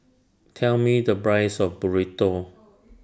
Tell Me The Price of Burrito